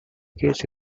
case